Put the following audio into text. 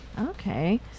Okay